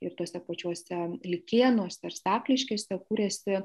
ir tuose pačiuose likėnuose ir stakliškėse kuriasi